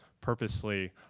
purposely